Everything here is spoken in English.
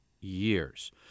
Years